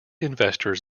investors